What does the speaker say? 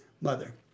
mother